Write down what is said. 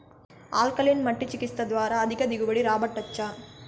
alkaline మట్టి చికిత్స ద్వారా అధిక దిగుబడి రాబట్టొచ్చా